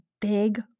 big